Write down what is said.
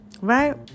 right